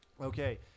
Okay